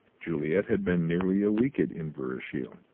juliet had been nearly a week at inverashiel.